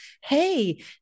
hey